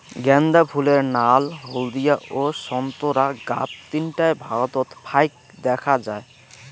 গ্যান্দা ফুলের নাল, হলদিয়া ও সোন্তোরা গাব তিনটায় ভারতত ফাইক দ্যাখ্যা যায়